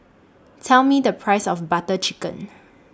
Tell Me The Price of Butter Chicken